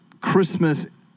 Christmas